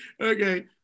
Okay